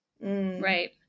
Right